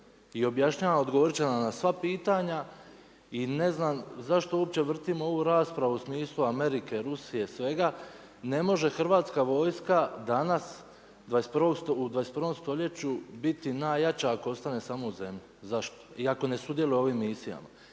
i objašnjava odgovorit će nam na sva pitanja. I ne znam zašto uopće vrtimo ovu raspravu u smislu Amerike, Rusije, Svega. Ne može Hrvatska vojska danas u 21 stoljeću biti najjača ako ostane sama u zemlji. Zašto? I ako ne sudjeluje u ovim misijama.